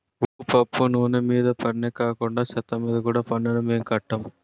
ఉప్పు పప్పు నూన మీద పన్నే కాకండా సెత్తమీద కూడా పన్నేనా మేం కట్టం